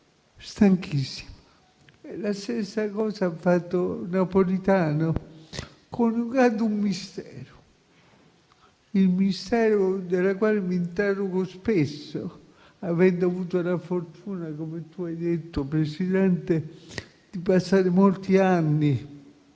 stanchissima. La stessa cosa ha fatto Napolitano, coniugando un mistero, sul quale mi interrogo spesso, avendo avuto la fortuna - come lei ha detto, Presidente - di passare molti anni